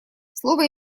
слово